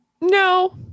No